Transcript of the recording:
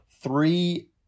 three